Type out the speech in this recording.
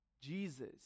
Jesus